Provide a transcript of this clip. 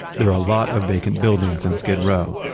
there are a lot of vacant buildings in skid row,